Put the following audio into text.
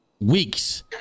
Weeks